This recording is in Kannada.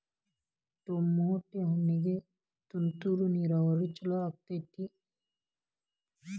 ಟಮಾಟೋ ಹಣ್ಣಿಗೆ ತುಂತುರು ನೇರಾವರಿ ಛಲೋ ಆಕ್ಕೆತಿ?